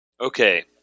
Okay